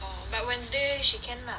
orh but wednesday she can lah